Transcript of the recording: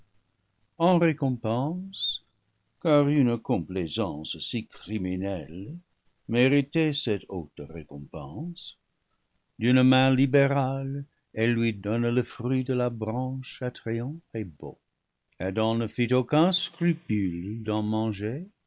en récompense car une complaisance si criminelle méritait cette haute récompense d'une main libérale elle lui donne le fruit de la branche attrayant et beau adam ne fit aucun scrupule d'en manger